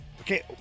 Okay